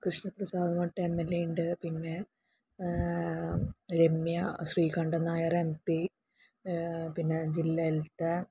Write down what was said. കൃഷ്ണപ്രസാദ് എന്ന് പറഞ്ഞിട്ട് M L A ഉണ്ട് പിന്നെ രമ്യ ശ്രീകണ്ഠൻ നായർ എം പി പിന്നെ ജില്ലയിലത്തെ